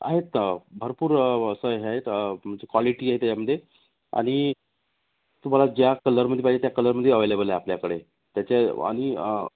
आहेत भरपूर असं हे आहेत तुमचे कॉलिटी आहे त्याच्यामध्ये आणि तुम्हाला ज्या कलरमध्ये पाहिजे त्या कलरमध्ये अव्हेलेबल आहे आपल्याकडे त्याच्या आणि